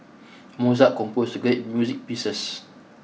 Mozart composed great music pieces